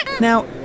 Now